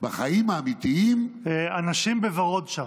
בחיים האמיתיים, הנשים בוורוד שם,